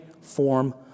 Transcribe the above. form